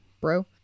bro